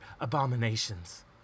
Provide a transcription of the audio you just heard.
abominations